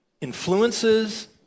influences